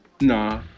Nah